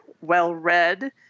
well-read